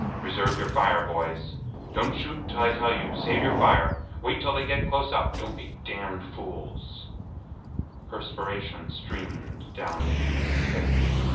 reserve your fire, boys don't shoot till i tell you save your fire wait till they get close up don't be damned fools perspiration streamed down the youth's face,